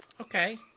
Okay